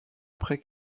après